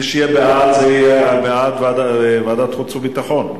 מי שיהיה בעד יהיה בעד ועדת החוץ והביטחון,